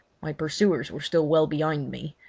my pursuers were still well behind me,